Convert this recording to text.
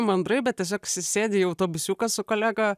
mandrai bet tiesiog si sėdi į autobusiuką su kolega